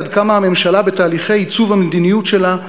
עד כמה הממשלה בתהליכי עיצוב המדיניות שלה,